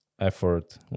effort